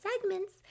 segments